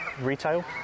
retail